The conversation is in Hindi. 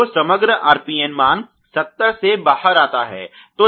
तो समग्र RPN मान 70 से बाहर आता है